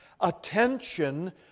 attention